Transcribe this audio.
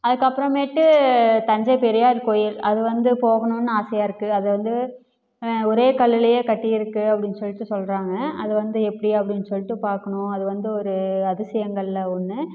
அதுக்கப்புறமேட்டு தஞ்சை பெரியார் கோவில் அது வந்து போகணும்னு ஆசையாக இருக்குது அது வந்து ஒரே கல்லுலேயே கட்டி இருக்குது அப்படின்னு சொல்லிட்டு சொல்கிறாங்க அதை வந்து எப்படி அப்படின்னு சொல்லிட்டு பார்க்கணும் அது வந்து ஒரு அதிசயங்களில் ஒன்று